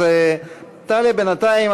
אז תעלה בינתיים.